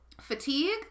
Fatigue